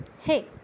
hey